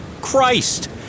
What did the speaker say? Christ